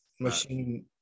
machine